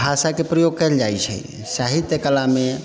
भाषाके प्रयोग कयल जाइ छै साहित्य कलामे